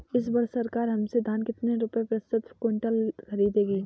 इस वर्ष सरकार हमसे धान कितने रुपए प्रति क्विंटल खरीदेगी?